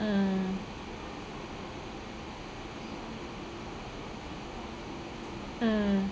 mm mm